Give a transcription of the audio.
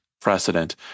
precedent